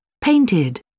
Painted